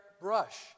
brush